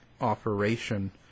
operation